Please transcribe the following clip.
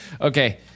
Okay